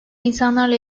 insanlarla